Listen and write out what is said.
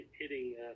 hitting